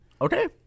okay